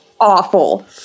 awful